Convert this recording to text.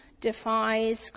defies